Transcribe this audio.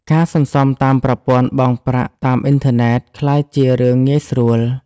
ការសន្សំតាមប្រព័ន្ធបង់ប្រាក់តាមអ៊ីនធឺណិតក្លាយជារឿងងាយស្រួល។